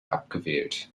abgewählt